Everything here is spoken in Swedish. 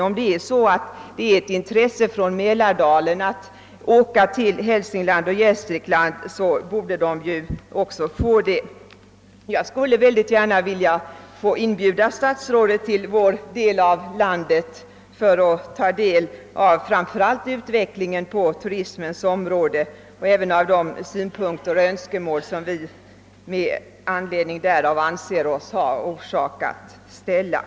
Om det är ett intresse för Mälardalens befolkning att åka till Hälsingland och Gästrikland borde tillfälle ges dem till det. Då fick vi också de önskade tåguppehållen. Jag skulle mycket gärna vilja inbjuda statsrådet till vår del av landet för att där framför allt ta del av utvecklingen på turismens område liksom att också höra de synpunkter och önskemål som vi anser oss ha anledning framföra.